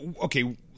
okay